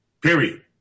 period